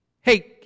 Hey